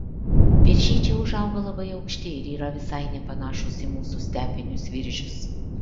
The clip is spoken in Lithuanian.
viržiai čia užauga labai aukšti ir yra visai nepanašūs į mūsų stepinius viržius